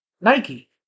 Nike